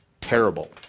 terrible